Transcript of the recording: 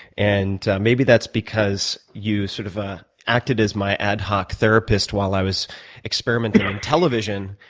and maybe that's because you sort of acted as my ad hoc therapist while i was experimenting on television,